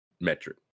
metric